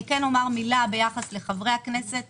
אומר מילה ביחס לחברי הכנסת